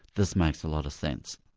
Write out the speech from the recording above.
this makes a lot of sense.